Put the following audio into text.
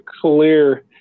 clear